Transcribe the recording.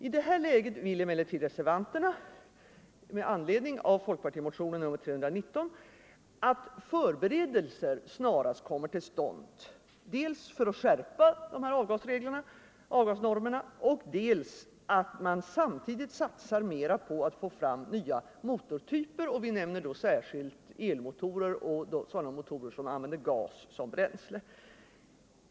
I detta läge vill emellertid reservanterna, i anledning av folkpartimotionen 319, att förberedelser snarast kommer till stånd dels för att skärpa avgasnormerna, dels för att samtidigt mera satsa på att få fram nya motortyper. Vi nämner då särskilt elmotorer och sådana motorer som använder gas som bränsle.